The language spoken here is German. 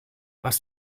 was